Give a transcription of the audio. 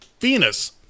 Venus